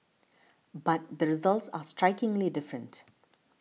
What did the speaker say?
but the results are strikingly different